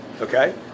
Okay